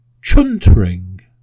Chuntering